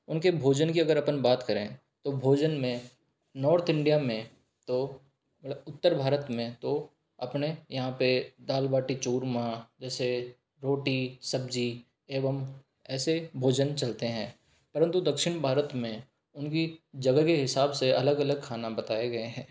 उनके भोजन की अगर अपन बात करें तो भोजन में नॉर्थ इंडिया में तो मतलब उत्तर भारत में तो अपने यहाँ पर दाल बाटी चूरमा जैसे रोटी सब्जी एवं ऐसे भोजन चलते हैं परंतु दक्षिण भारत में उनकी जगह के हिसाब से अलग अलग खाना बताए गए हैं